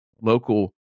local